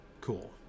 cool